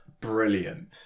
Brilliant